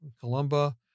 Columba